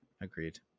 agreed